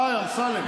די, אמסלם.